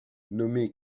nommée